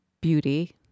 beauty